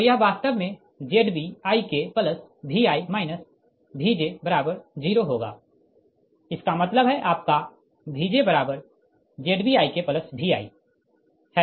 तो यह वास्तव में ZbIkVi Vj0 होगा इसका मतलब है आपका VjZbIkVi है